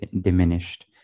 diminished